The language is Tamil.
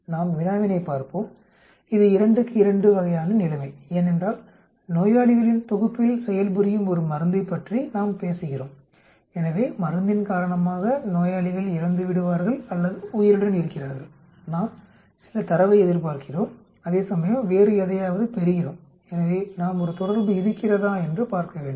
நாம் வினாவினைப் பார்ப்போம் இது 2 க்கு 2 வகையான நிலைமை ஏனென்றால் நோயாளிகளின் தொகுப்பில் செயல்புரியும் ஒரு மருந்தைப் பற்றி நாம் பேசுகிறோம் எனவே மருந்தின் காரணமாக நோயாளிகள் இறந்துவிடுவார்கள் அல்லது உயிருடன் இருக்கிறார்கள் நாம் சில தரவை எதிர்பார்க்கிறோம் அதேசமயம் வேறு எதையாவது பெறுகிறோம் எனவே நாம் ஒரு தொடர்பு இருக்கிறதா என்று பார்க்க வேண்டும்